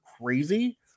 crazy